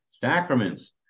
sacraments